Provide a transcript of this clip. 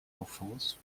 enfance